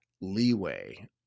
leeway